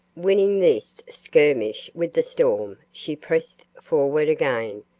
winning this skirmish with the storm, she pressed forward again,